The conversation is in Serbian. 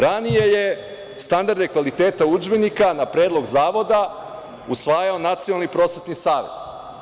Ranije je standarde kvaliteta udžbenika, na predlog Zavoda, usvajao Nacionalni prosvetni savet.